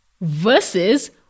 versus